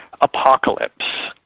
apocalypse